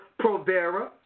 Provera